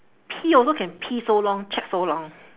pee also can pee so long chat so long